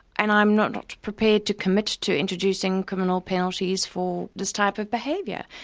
and i'm not not prepared to commit to introducing criminal penalties for this type of behaviour.